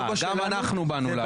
גם אנחנו באנו לעבוד.